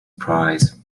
prize